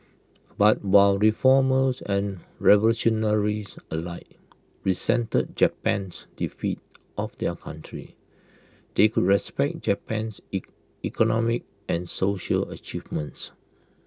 but while reformers and revolutionaries alike resented Japan's defeat of their country they could respect Japan's E economic and social achievements